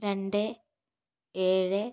രണ്ട് ഏഴ്